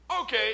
Okay